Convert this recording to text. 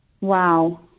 Wow